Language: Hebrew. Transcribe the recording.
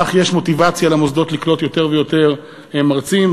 כך יש מוטיבציה למוסדות לקלוט יותר ויותר מרצים,